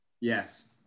Yes